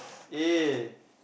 eh